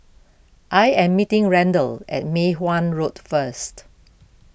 I am meeting Randal at Mei Hwan Road first